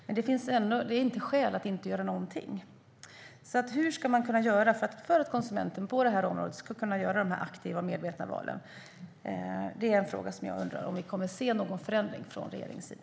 Men det är inte skäl att inte göra någonting. Hur ska man kunna göra för att konsumenten på detta område ska kunna göra de aktiva och medvetna valen? Det är en fråga där jag undrar som vi kommer att se någon förändring från regeringen sida.